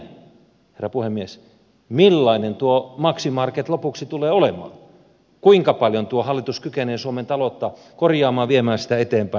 mielelläni näen herra puhemies millainen tuo maksimarket lopuksi tulee olemaan kuinka paljon tuo hallitus kykenee suomen taloutta korjaamaan viemään sitä eteenpäin